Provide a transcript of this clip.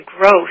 growth